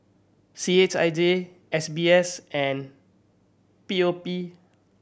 C H I J S B S and P O P